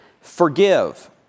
forgive